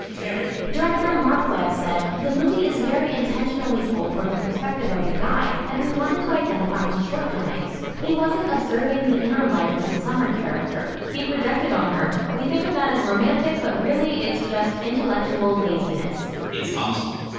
um it! director marc webb said, the movie is very intentionally told from the perspective of the guy, and we wanted to identify his shortcomings. he wasn't observing the inner life of the summer character. he projected on her, we think of that as romantic, but really it's just intellectual laziness. it's tom's fault.